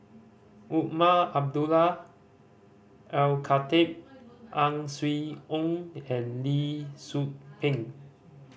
Umar Abdullah Al Khatib Ang Swee Aun and Lee Tzu Pheng